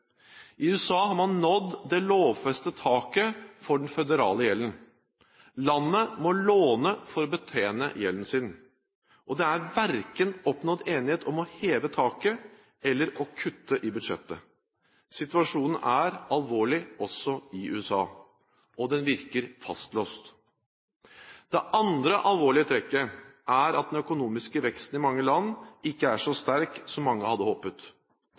I USA har man nå nådd det lovfestede taket for den føderale gjelden. Landet må låne for å betjene gjelden sin, og det er ikke oppnådd enighet om å heve taket eller om å kutte i budsjettet. Situasjonen er alvorlig også i USA, og den virker fastlåst. Det andre alvorlige trekket er at den økonomiske veksten i mange land ikke er så sterk som mange hadde håpet.